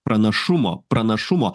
pranašumo pranašumo